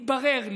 התברר לי,